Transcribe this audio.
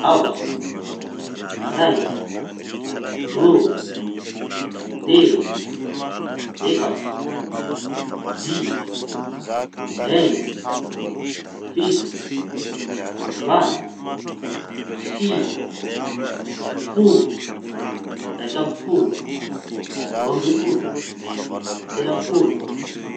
Aotra, raiky, roa, telo, efatsy, dimy, eñi, fito, valo, sivy, folo, raikamby folo, roa amby folo, telo amby folo.